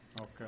Okay